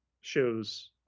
shows